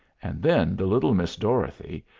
and then the little miss dorothy,